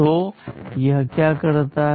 तो यह क्या करता है